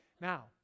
Now